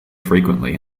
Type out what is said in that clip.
frequently